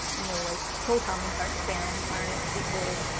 you know, like troll comments, aren't spam, aren't hateful,